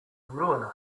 ruin